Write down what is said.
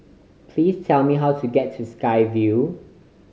please tell me how to get to Sky Vue